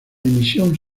dimisión